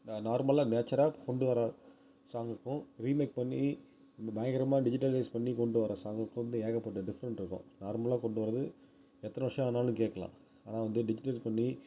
நா நார்மலாக நேச்சராக கொண்டு வர சாங்குக்கும் ரீமேக் பண்ணி இந்த பயங்கரமாக டிஜிட்டலைஸ் பண்ணி கொண்டு வர சாங்குக்கும் வந்து ஏகப்பட்ட டிஃப்ரெண்ட் இருக்கும் நார்மலாக கொண்டு வரது எத்தனை வருஷம் ஆனாலும் கேட்கலாம் ஆனால் வந்து டிஜிட்டல் பண்ணி